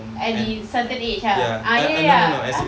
at this certain age ah ah ya ya ya !huh!